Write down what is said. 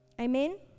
Amen